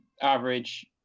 average